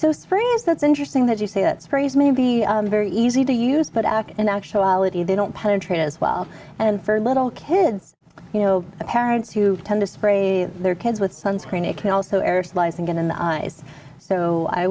is that's interesting that you say that sprays may be very easy to use but ak in actuality they don't penetrate as well and for little kids you know parents who tend to spray their kids with sunscreen it can also aerosolized get in the eyes so i